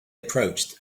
approached